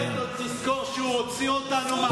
ההיסטוריה תזכור שהוא הוציא אותנו מהבוץ,